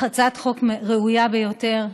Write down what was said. הצעת חוק ראויה ביותר,